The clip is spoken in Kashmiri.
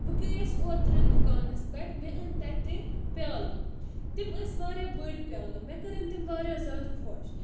بہٕ گٔیَس اوٚترٕ دُکانَس پؠٹھ مےٚ أنۍ تَتہِ پیالہٕ تِم ٲسۍ واریاہ بٔڑۍ پیالہٕ مےٚ کٔرٕنۍ تِم واریاہ زیادٕ خۄش